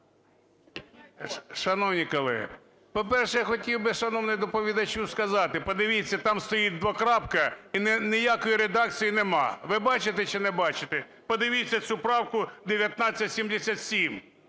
Шановні колеги, по-перше, я хотів би, шановний доповідачу, сказати, подивіться, там стоїть двокрапка і ніякої редакції нема. Ви бачите чи не бачите? Подивіться цю правку 1977,